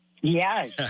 Yes